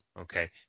Okay